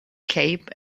cape